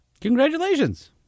congratulations